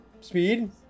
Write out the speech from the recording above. Speed